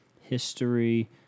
History